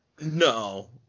no